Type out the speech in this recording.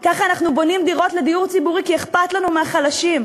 כך אנחנו בונים דירות לדיור הציבורי כי אכפת לנו מהחלשים,